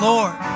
Lord